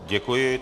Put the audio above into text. Děkuji.